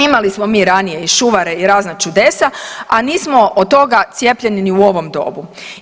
Imali smo mi ranije i Šuvare i razna čudesa, a nismo od toga cijepljeni ni u ovom dobu.